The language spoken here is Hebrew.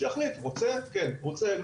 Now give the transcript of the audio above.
שיחליט רוצה או לא רוצה,